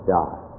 die